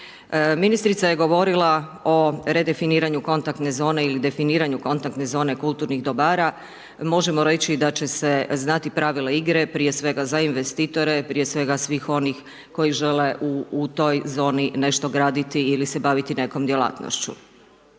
Ministrica je govorila o redefiniranju kontakte zone ili definiranju kontaktne zone kulturnih dobara, možemo reći da će se znati pravila igre, prije svega za investitore, prije svega svih onih koji žele u toj zoni nešto graditi ili se baviti nekom djelatnošću.